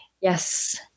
yes